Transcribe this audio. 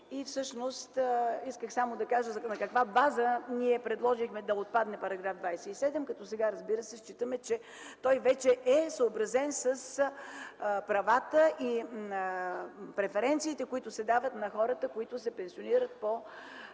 Всъщност исках само да кажа на каква база ние предложихме той да отпадне. Сега, разбира се, считаме, че той вече е съобразен с правата и преференциите, които се дават на хората, които се пенсионират по